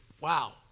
Wow